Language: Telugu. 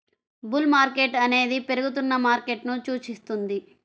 బుల్ మార్కెట్ అనేది పెరుగుతున్న మార్కెట్ను సూచిస్తుంది